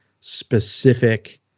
specific